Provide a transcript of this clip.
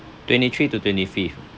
twenty-three to twenty-fifth